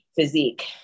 physique